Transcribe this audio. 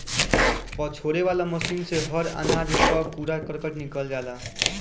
पछोरे वाला मशीन से हर अनाज कअ कूड़ा करकट निकल जाला